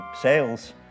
sales